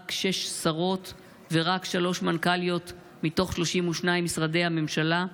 רק שש שרות ורק שלוש מנכ"ליות מתוך 32 משרדי הממשלה,